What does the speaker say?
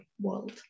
world